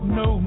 no